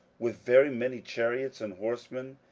with very many chariots and horsemen?